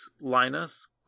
Linus